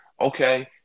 Okay